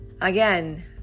again